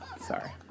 Sorry